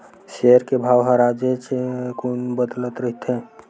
share के भाव ह रोजेच कुन बदलत रहिथे